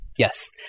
Yes